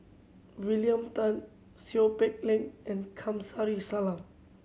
William Tan Seow Peck Leng and Kamsari Salam